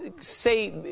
say